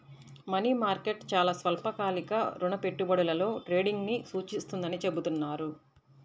money market చాలా స్వల్పకాలిక రుణ పెట్టుబడులలో ట్రేడింగ్ను సూచిస్తుందని చెబుతున్నారు